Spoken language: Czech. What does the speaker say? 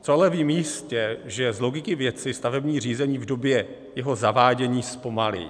Co ale vím jistě, že z logiky věci stavební řízení v době jeho zavádění zpomalí.